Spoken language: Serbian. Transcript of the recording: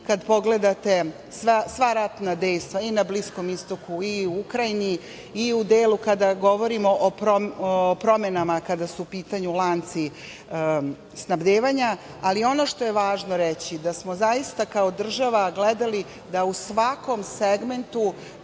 Kada pogledate sva ratna dejstva i na Bliskom istoku, i u Ukrajini, i u delu kada govorimo o promenama, kada su u pitanju lanci snabdevanja, ali ono što je važno reći jeste da smo zaista kao država gledali da u svakom segmentu,